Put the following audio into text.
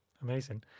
amazing